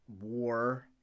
war